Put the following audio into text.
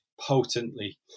potently